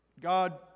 god